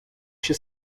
się